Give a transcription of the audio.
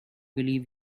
believe